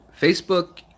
Facebook